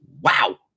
Wow